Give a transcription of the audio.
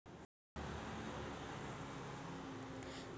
द्राक्षांच्या लागवडीला द्राक्ष बाग शेती म्हणतात